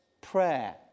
prayer